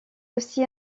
aussi